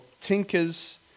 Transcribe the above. tinkers